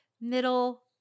middle